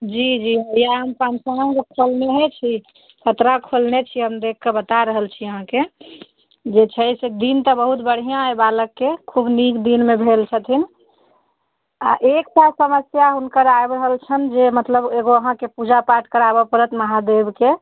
जी जी ओहि आनपान समान सब खोलनेहे छी पतरा खोलने छी हम देखि कऽ बता रहल छी अहाँकेँ जे छै से दिन तऽ बहुत बढ़िआँ अइ बालकके खूब नीक दिनमे भेल छथिन आ एकटा समस्या हुनकर आबि रहल छनि जे मतलब एगो अहाँकेँ पूजा पाठ कराबऽ पड़त महादेवकेँ